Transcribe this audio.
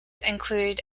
include